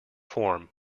form